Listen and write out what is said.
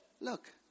Look